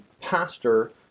pastor